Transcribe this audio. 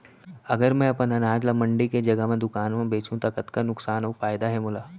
अगर मैं अपन अनाज ला मंडी के जगह दुकान म बेचहूँ त कतका नुकसान अऊ फायदा हे मोला?